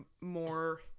more